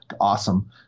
Awesome